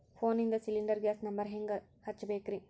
ಫೋನಿಂದ cylinder gas number ಹೆಂಗ್ ಹಚ್ಚ ಬೇಕ್ರಿ?